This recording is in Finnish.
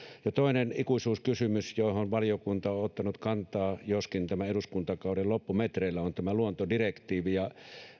toinen ikuisuuskysymys johon valiokunta on on ottanut kantaa joskin tämän eduskuntakauden loppumetreillä on tämä luontodirektiivi